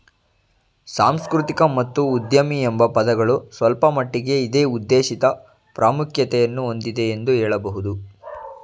ಸಾಂಸ್ಕೃತಿಕ ಮತ್ತು ಉದ್ಯಮಿ ಎಂಬ ಪದಗಳು ಸ್ವಲ್ಪಮಟ್ಟಿಗೆ ಇದೇ ಉದ್ದೇಶಿತ ಪ್ರಾಮುಖ್ಯತೆಯನ್ನು ಹೊಂದಿದೆ ಎಂದು ಹೇಳಬಹುದು